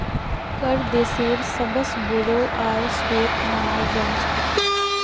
कर देशेर सबस बोरो आय स्रोत मानाल जा छेक